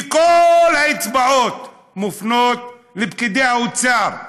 וכל האצבעות מופנות לפקידי האוצר.